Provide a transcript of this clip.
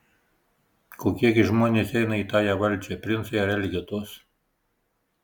kokie gi žmonės eina į tąją valdžią princai ar elgetos